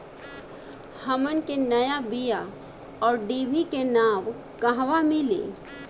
हमन के नया बीया आउरडिभी के नाव कहवा मीली?